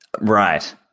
Right